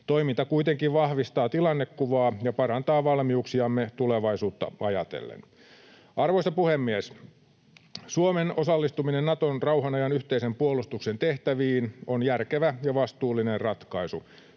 Toiminta kuitenkin vahvistaa tilannekuvaa ja parantaa valmiuksiamme tulevaisuutta ajatellen. Arvoisa puhemies! Suomen osallistuminen Naton rauhanajan yhteisen puolustuksen tehtäviin on järkevä ja vastuullinen ratkaisu.